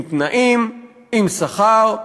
עם תנאים, עם שכר,